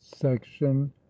Section